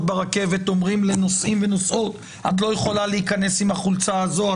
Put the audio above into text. ברכבת אומרים לנוסעים ונוסעות שהיא לא יכולה להיכנס עם החולצה הזאת,